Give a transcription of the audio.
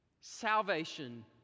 salvation